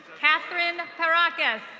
katherine paracus.